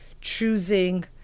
choosing